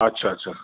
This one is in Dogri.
अच्छा अच्छा